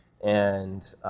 and